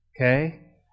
Okay